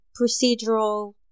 procedural